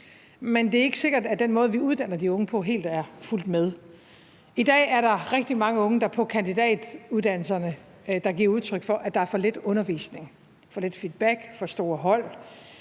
Men det er ikke sikkert, at den måde, vi uddanner de unge på, helt er fulgt med. I dag er der rigtig mange unge på kandidatuddannelserne, der giver udtryk for, at der er for lidt undervisning, for lidt feedback og for store hold.